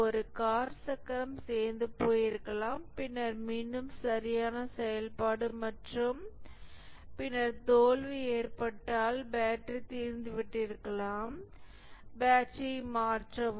ஒரு கார் சக்கரம் தேய்ந்து போயிருக்கலாம் பின்னர் மீண்டும் சரியான செயல்பாடு மற்றும் பின்னர் தோல்வி ஏற்பட்டால் பேட்டரி தீர்ந்துவிட்டிருக்கலாம் பேட்டரியை மாற்றவும்